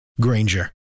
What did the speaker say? Granger